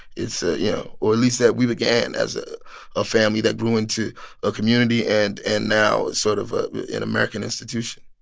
it's a, you know or at least that we began as ah a family that grew into a community and and now it's sort of an american institution